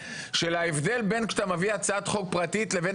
זה אי ההלימה בין גודל האתגרים לבין